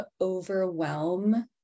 overwhelm